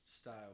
style